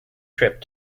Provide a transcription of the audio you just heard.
trip